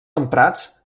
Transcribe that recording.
emprats